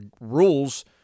rules